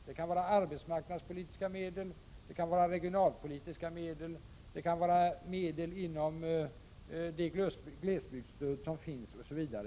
Det kan vara arbetsmarknadspolitiska medel, regionalpolitiska medel, medel inom det glesbygdsstöd som finns, osv.